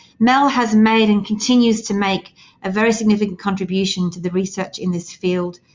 mel has made and continues to make a very significant contribution to the research in this field,